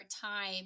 time